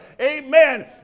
Amen